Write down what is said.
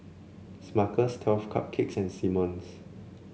Smuckers Twelve Cupcakes and Simmons